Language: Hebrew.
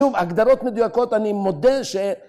‫כתוב, הגדרות מדויקות, ‫אני מודה ש...